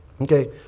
Okay